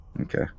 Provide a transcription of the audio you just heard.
Okay